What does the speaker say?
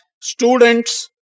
students